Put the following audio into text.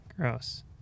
gross